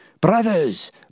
Brothers